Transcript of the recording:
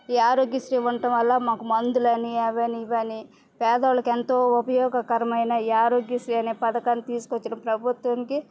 ఈ ఆరోగ్యశ్రీ ఉండడం వల్ల మాకు మందులని అవి అని ఇవి అని పేదోళ్లకి ఎంతో ఉపయోగకరమైన ఈ ఆరోగ్యశ్రీ అనే పథకం తీసుకు వచ్చిన ప్రభుత్వంకి